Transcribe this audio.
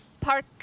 park